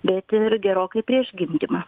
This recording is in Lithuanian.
bet ir gerokai prieš gydymą